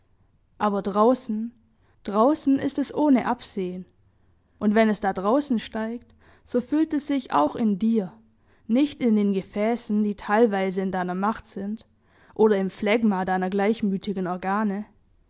aber draußen draußen ist es ohne absehen und wenn es da draußen steigt so füllt es sich auch in dir nicht in den gefäßen die teilweise in deiner macht sind oder im phlegma deiner gleichmütigen organe